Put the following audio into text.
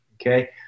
okay